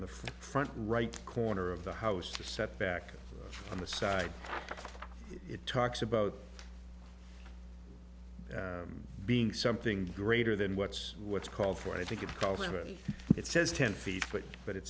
in the front right corner of the house the setback on the side it talks about being something greater than what's what's called for i think it's called limited it says ten feet but but it